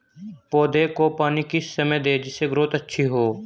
पौधे को पानी किस समय दें जिससे ग्रोथ अच्छी हो?